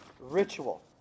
ritual